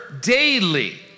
daily